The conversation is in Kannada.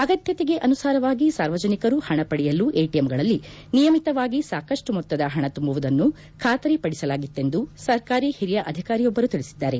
ಅಗತ್ಯತೆಗೆ ಅನುಸಾರವಾಗಿ ಸಾರ್ವಜನಿಕರು ಹಣ ಪಡೆಯಲು ಎಟಎಂಗಳಲ್ಲಿ ನಿಯಮಿತವಾಗಿ ಸಾಕಷ್ಟು ಮೊತ್ತದ ಹಣ ತುಂಬುವುದನ್ನು ಖಾತರಿ ಪಡಿಸಲಾಗಿತ್ತೆಂದು ಸರ್ಕಾರಿ ಹಿರಿಯ ಅಧಿಕಾರಿಯೊಬ್ಬರು ತಿಳಿಸಿದ್ದಾರೆ